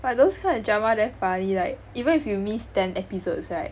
but those kind of drama damn funny like even if you missed ten episodes right